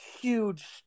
huge